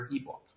ebook